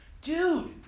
dude